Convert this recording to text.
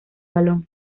balón